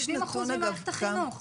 70 אחוזים ממערכת החינוך.